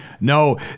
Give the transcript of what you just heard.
No